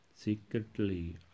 Secretly